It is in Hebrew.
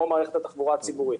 כמו מערכת התחבורה הציבורית,